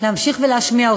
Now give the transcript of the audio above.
להמשיך ולהשמיע אותם,